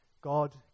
God